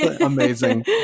amazing